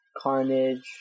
Carnage